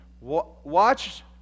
Watch